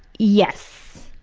yes.